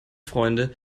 freunde